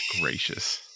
gracious